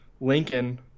Lincoln